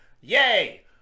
Yay